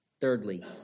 thirdly